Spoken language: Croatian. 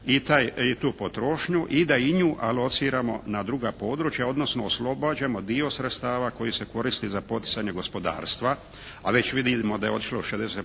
i tu potrošnju i da i nju alociramo na druga područja, odnosno oslobađamo dio sredstava koji se koristi za poticanje gospodarstva, a već vidimo da je otišlo 60%